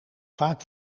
vaak